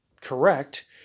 correct